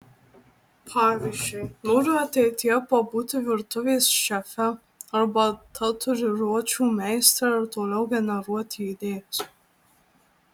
pavyzdžiui noriu ateityje pabūti virtuvės šefe arba tatuiruočių meistre ir toliau generuoti idėjas